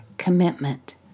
commitment